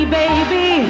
baby